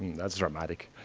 that's dramatic.